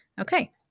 Okay